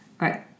right